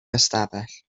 ystafell